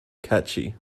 catchy